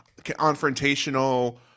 confrontational